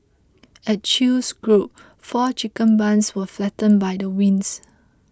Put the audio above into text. at chew's group four chicken barns were flattened by the winds